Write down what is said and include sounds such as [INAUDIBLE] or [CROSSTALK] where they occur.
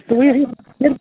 [UNINTELLIGIBLE]